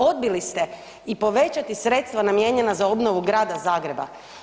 Odbili ste i povećati sredstva namijenjena za obnovu grada Zagreba.